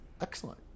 excellent